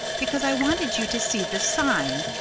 because i wanted you to see this sign.